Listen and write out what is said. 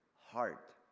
heart